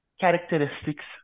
characteristics